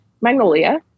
Magnolia